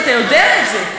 ואתה יודע את זה.